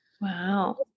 Wow